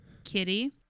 kitty